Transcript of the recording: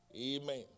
Amen